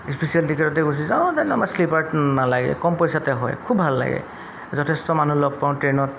special টিকেটতে গৈছে যাওঁ ডেন আমাৰ শ্লিপাৰ নালাগে কম পইচাতে হয় খুব ভাল লাগে যথেষ্ট মানুহ লগ পাওঁ ট্ৰেইনত